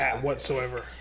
Whatsoever